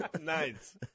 Nice